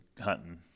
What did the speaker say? hunting